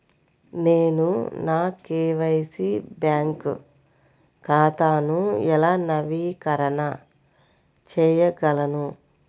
నేను నా KYC bank ఖాతాను ఎలా నవీకరణ చేయగలను?